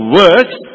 words